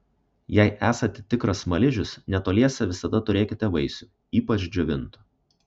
jei esate tikras smaližius netoliese visada turėkite vaisių ypač džiovintų